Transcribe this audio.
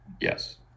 Yes